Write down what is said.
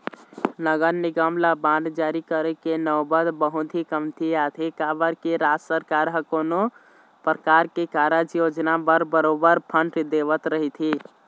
नगर निगम ल बांड जारी करे के नउबत बहुत ही कमती आथे काबर के राज सरकार ह कोनो परकार के कारज योजना बर बरोबर फंड देवत रहिथे